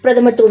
பிரதமர் திரு